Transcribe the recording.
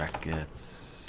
kids,